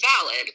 valid